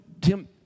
Tim